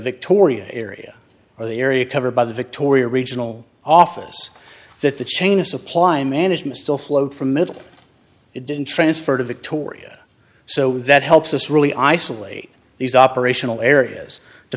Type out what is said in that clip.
victoria area or the area covered by the victoria regional office that the chain of supply management still flowed from middle it didn't transfer to victoria so that helps us really isolate these operational areas to